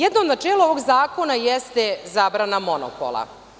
Jedno načelo ovog zakona jeste zabrana monopola.